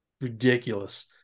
ridiculous